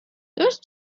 those